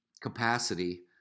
capacity